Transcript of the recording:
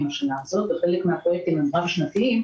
בשנה הזאת וחלק מן הפרויקטים הם רב-שנתיים.